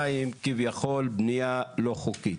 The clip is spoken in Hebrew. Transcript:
"כביכול" בנייה לא חוקית.